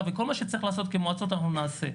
וכל מה שצריך לעשות כמועצות אנחנו נעשה.